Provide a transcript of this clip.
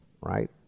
right